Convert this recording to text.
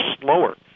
slower